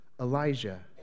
Elijah